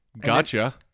Gotcha